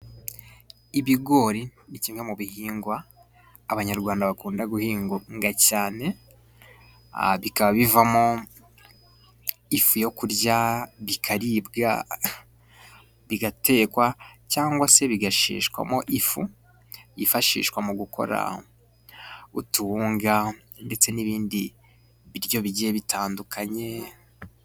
Ibigori ni kimwe mu bihingwa abanyarwanda bakunda guhinga cyane, bikaba bivamo ifu yo kurya bikaribwa, bigatekwa cyangwa se bigasheshwamo ifu yifashishwa mu gukora utuwunga ndetse n'ibindi biryo bigiye bitandukanye.